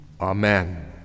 Amen